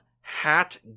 hat